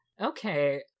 Okay